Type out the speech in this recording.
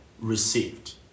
received